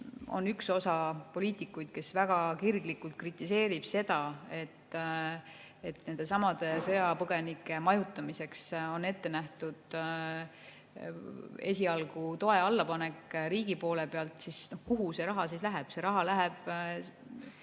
on üks osa poliitikuid, kes väga kirglikult kritiseerib seda, et nendesamade sõjapõgenike majutamiseks on ette nähtud esialgne tugi riigi poolt. [Küsitakse,] kuhu see raha läheb. See raha läheb